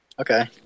Okay